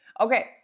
Okay